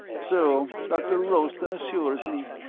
so dr. rolleston assures me.